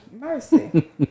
Mercy